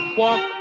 walk